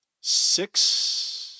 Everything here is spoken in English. six